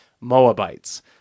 Moabites